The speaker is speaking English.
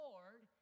Lord